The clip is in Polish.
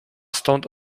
stąd